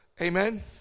amen